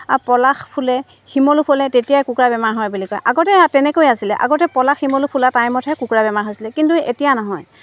আ পলাশ ফুলে শিমলু ফুলে তেতিয়াই কুকুৰাৰ বেমাৰ হয় বুলি কয় আগতে তেনেকৈ আছিলে আগতে পলাশ শিমলু ফুলা টাইমতহে কুকুৰাৰ বেমাৰ হৈছিলে কিন্তু এতিয়া নহয়